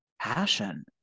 passion